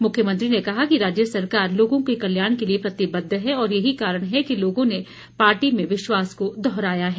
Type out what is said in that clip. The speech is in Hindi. मुख्यमंत्री ने कहा कि राज्य सरकार लोगों के कल्याण के लिए प्रतिबद्ध है और यही कारण है कि लोगों ने पार्टी मे विश्वास को दोहराया है